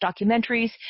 documentaries